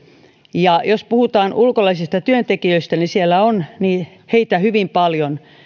ja jos puhutaan ulkolaisista työntekijöistä niin siellä on heitä hyvin paljon